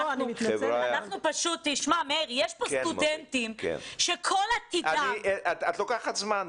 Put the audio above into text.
יש פה סטודנטים שכל עתידם --- את לוקחת זמן,